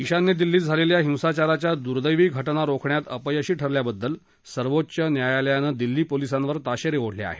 ईशान्य दिल्लीत झालेल्या हिंसाचाराच्या दु्देवी घजा रोखण्यात अपयशी ठरल्याबद्दल सर्वोच्च न्यायालयानं दिल्ली पोलिसांवर ताशेरे ओढले आहेत